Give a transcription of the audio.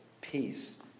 peace